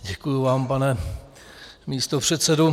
Děkuji vám, pane místopředsedo.